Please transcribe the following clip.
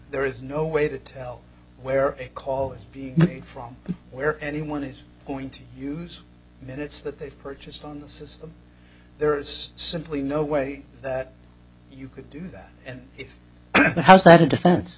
there is no way to tell where a call is being made from where anyone is going to use minutes that they purchased on the system there is simply no way that you could do that and if so how is that a defense